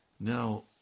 Now